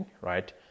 right